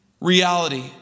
reality